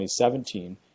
2017